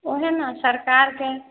ओहे ना सरकारके